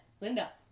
Linda